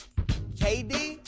KD